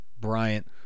Bryant